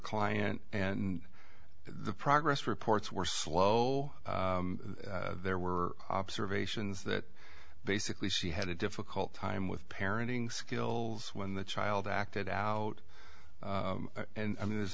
client and the progress reports were slow there were observations that basically she had a difficult time with parenting skills when the child acted out and i mean